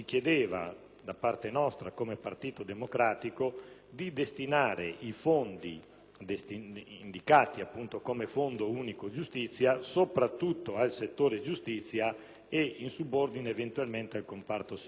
da parte nostra, come Partito Democratico, di destinare i fondi indicati appunto come Fondo unico giustizia soprattutto al settore giustizia e, in subordine, eventualmente al comparto sicurezza.